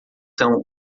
são